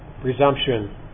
presumption